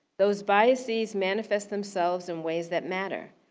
those biases manifest themselves in ways that matter.